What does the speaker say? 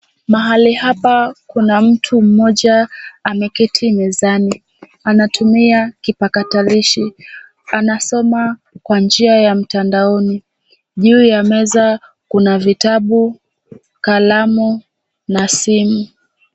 Mahali hapa kuna mtu mmoja ameketi mezani. Anatumia kipakatalishi, anasoma kwa njia ya mtandaoni. Juu ya meza kuna vitabu, kalamu na simu.